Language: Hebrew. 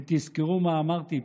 תזכרו מה אמרתי פה.